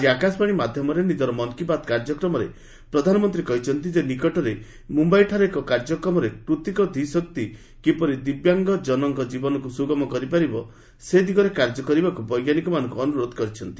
ଆଜି ଆକାଶବାଣୀ ମାଧ୍ୟମରେ ନିଜର ମନ୍ କି ବାତ୍ କାର୍ଯ୍ୟକ୍ରମରେ ପ୍ରଧାନମନ୍ତ୍ରୀ କହିଛନ୍ତି ଯେ ନିକଟରେ ମୁମ୍ୟାଇଠାରେ ଏକ କାର୍ଯ୍ୟକ୍ରମରେ କୃତ୍ରିମ ଧୀଶକ୍ତି କିପରି ଦିବ୍ୟାଙ୍ଗ ଜନ ଜୀବନ ସୁଗମ କରିପାରିବ ସେ ଦିଗରେ କାର୍ଯ୍ୟ କରିବାକୁ ବୈଜ୍ଞାନିକମାନଙ୍କୁ ଅନୁରୋଧ କରିଛନ୍ତି